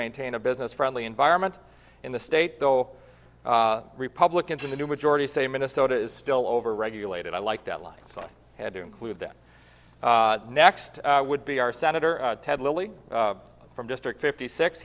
maintain a business friendly environment in the state though republicans in the new majority say minnesota is still overregulated i like that line so i had to include that next would be our senator ted lilly from district fifty six